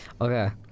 Okay